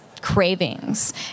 cravings